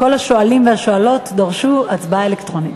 לכל השואלים והשואלות, דרשו הצבעה אלקטרונית.